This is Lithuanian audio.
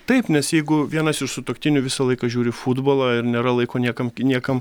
taip nes jeigu vienas iš sutuoktinių visą laiką žiūri futbolą ir nėra laiko niekam niekam